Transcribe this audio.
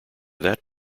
that